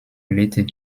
related